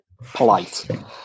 polite